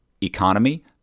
economy